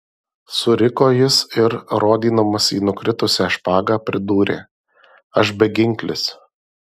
suriko jis ir rodydamas į nukritusią špagą pridūrė aš beginklis